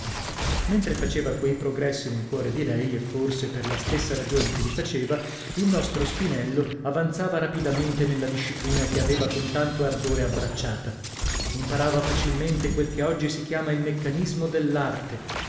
mentre faceva quei progressi nel cuore di lei e forse per la stessa ragione che li faceva il nostro spinello avanzava rapidamente nella disciplina che aveva con tanto ardore abbracciata imparava facilmente quel che oggi si chiama il meccanismo dell'arte